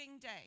day